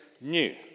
new